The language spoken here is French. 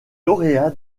lauréat